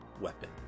weapon